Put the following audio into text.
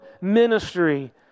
ministry